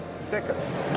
seconds